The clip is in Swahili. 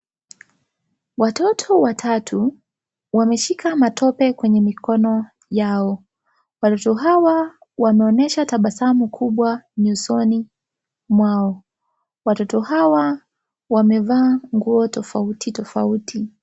Watoto watatu wameshika matope kwenye mikono yao, watoto hawa wameonyesha tabasamu kubwa nyusoni mwao watoto hawa wamevaa nguo tofauti tofauti.